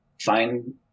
find